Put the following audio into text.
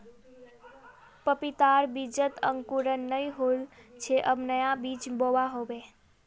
पपीतार बीजत अंकुरण नइ होल छे अब नया बीज बोवा होबे